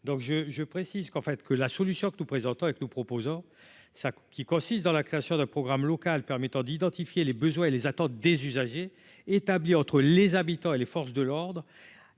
donc je je précise qu'en fait que la solution que nous présentons avec nous proposant ça qui consiste dans la création de. Programme local permettant d'identifier les besoins et les attentes des usagers établie entre les habitants et les forces de l'ordre